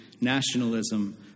nationalism